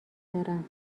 دارم